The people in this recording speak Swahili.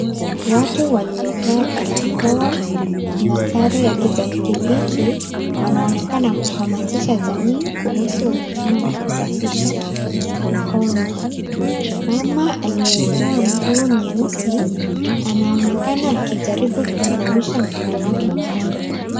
Watu waliovaa barakoa na sare ya kijani kibichi, wanaonekana kuhamazisha jamii kuhusu umuhimu wa kusafisha mikono. Mama aliyevaa nguo nyeusi anaonekana akijaribu kumnawisha mtoto wake mikono.